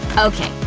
okay,